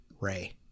Ray